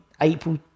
april